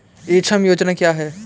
ई श्रम योजना क्या है?